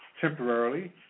temporarily